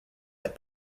that